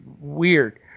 weird